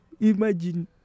imagine